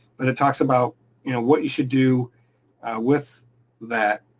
but it talks about what you should do with that